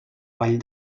vall